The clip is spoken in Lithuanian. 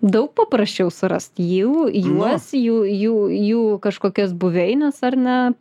daug paprasčiau surast jų juos jų jų jų kažkokias buveines ar ne